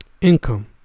Income